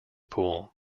pool